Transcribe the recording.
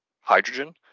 hydrogen